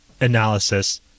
Analysis